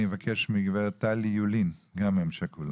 אני מבקש לשמוע את גב' טלי יולין, אם שכולה.